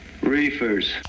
Reefers